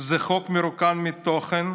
זה חוק מרוקן מתוכן,